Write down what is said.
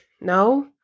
no